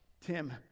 Tim